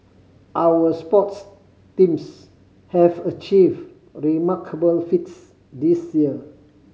our sports teams have achieved remarkable feats this year